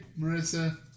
Marissa